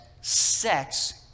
sex